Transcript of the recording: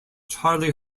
charlie